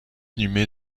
inhumé